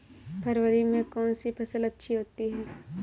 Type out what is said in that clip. फरवरी में कौन सी फ़सल अच्छी होती है?